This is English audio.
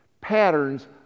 Patterns